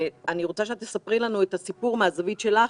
אני רוצה שאת תספרי לנו את הסיפור מהזווית שלך,